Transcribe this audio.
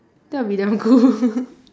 that will be damn cool